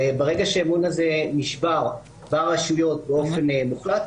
וברגע שהאמון הזה נשבר ברשויות באופן מוחלט,